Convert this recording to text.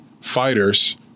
fighters